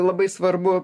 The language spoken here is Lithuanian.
labai svarbu